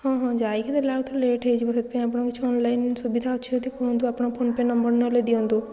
ହଁ ହଁ ଯାଇକି ଦେଲେ ଆଉଥରେ ଲେଟ୍ ହେଇଯିବ ସେଥିପାଇଁ ଆପଣଙ୍କର କିଛି ଅନଲାଇନ୍ ସୁବିଧା ଅଛି ଯଦି କୁହନ୍ତୁ ଆପଣଙ୍କ ଫୋନ୍ ପେ' ନମ୍ବର୍ ନହେଲେ ଦିଅନ୍ତୁ